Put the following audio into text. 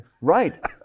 Right